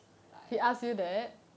if like